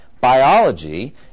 Biology